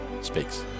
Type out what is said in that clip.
speaks